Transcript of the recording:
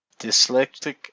Dyslexic